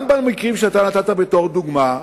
גם במקרים שנתת בתור דוגמה,